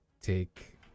take